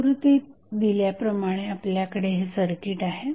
आकृतीत दिल्याप्रमाणे आपल्याकडे हे सर्किट आहे